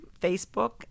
Facebook